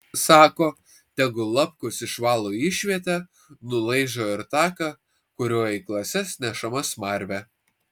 sako tegu lapkus išvalo išvietę nulaižo ir taką kuriuo į klases nešama smarvė